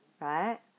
right